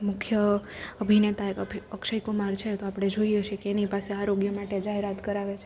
મુખ્ય અભિનેતા એક અક્ષય કુમાર છે તો આપણે જોઈએ છે કે તેની પાસે આરોગ્ય માટે જાહેરાત કરાવે છે